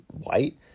white